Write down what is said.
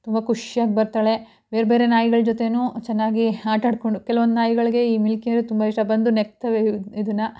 ತುಂಬ ಖುಷಿಯಾಗಿ ಬರ್ತಾಳೆ ಬೇರೆಬೇರೆ ನಾಯಿಗಳ ಜೊತೆಯೂ ಚೆನ್ನಾಗಿ ಆಟಾಡಿಕೊಂಡು ಕೆಲವೊಂದು ನಾಯಿಗಳಿಗೆ ಈ ಮಿಲ್ಕಿ ಅಂದರೆ ತುಂಬ ಇಷ್ಟ ಬಂದು ನೆಕ್ತಾವೆ ಇದನ್ನ